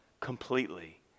completely